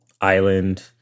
island